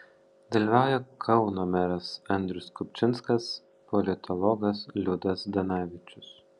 dalyvauja kauno meras andrius kupčinskas politologas liudas zdanavičius